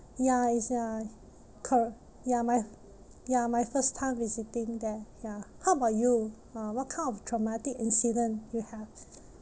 ya it's ya corr~ ya my ya my first time visiting there ya how about you uh what kind of traumatic incident you have